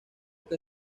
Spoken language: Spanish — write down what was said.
que